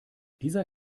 dieser